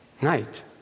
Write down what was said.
night